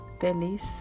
Feliz